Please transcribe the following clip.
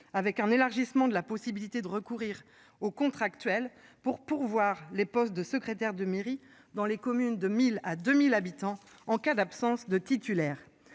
avec un élargissement de la possibilité de recourir aux contractuels pour pourvoir les postes de secrétaire de mairie dans les communes de 1000 à 2000 habitants en cas d'absence de titulaire